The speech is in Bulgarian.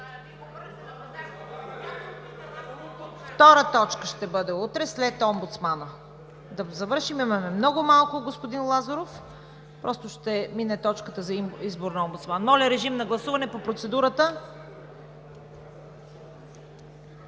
Втора точка ще бъде утре, след омбудсмана. Да завършим, имаме много малко, господин Лазаров, просто ще мине точката за избор на омбудсман. Колеги, само секунда,